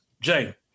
Jay